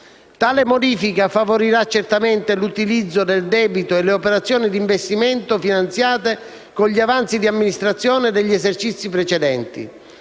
Tale modifica favorirà certamente l'utilizzo del debito e le operazioni di investimento finanziate con gli avanzi di amministrazione degli esercizi precedenti,